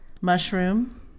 Mushroom